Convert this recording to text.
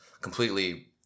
completely